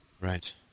Right